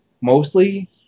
mostly